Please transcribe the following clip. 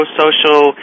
social